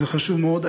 זה חשוב מאוד.